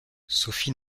sophie